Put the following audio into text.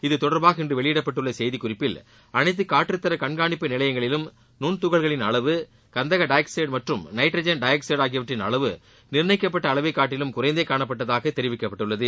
இதுதொடர்பாக இன்று வெளியிடப்பட்டுள்ள செய்திக் குறிப்பில் அனைத்து காற்றுத்தர கண்காணிப்பு நிலையங்களிலும் நுன்துகள்களின் அளவு கந்தக டையாக்ஸைட் மற்றும் நைட்ரஜன் டையாக்ஸைட் ஆகியவற்றின் அளவு நிர்ணயிக்கப்பட்ட அளவை காட்டிலும் குறைந்தே காணப்பட்டதாக தெரிவிக்கப்பட்டுள்ளது